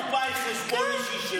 כאילו הקופה היא חשבון אישי שלו.